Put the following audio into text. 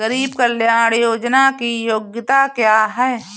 गरीब कल्याण योजना की योग्यता क्या है?